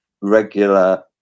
regular